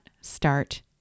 start